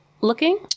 looking